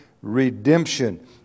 redemption